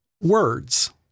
words